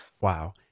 Wow